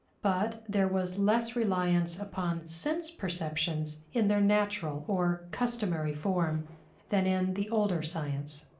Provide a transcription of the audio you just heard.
but there was less reliance upon sense perceptions in their natural or customary form than in the older science.